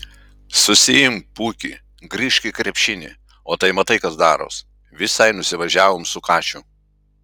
susiimk pūki grįžk į krepšinį o tai matai kas daros visai nusivažiavom su kašiu